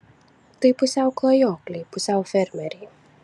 tai pusiau klajokliai pusiau fermeriai